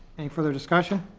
any further discussion?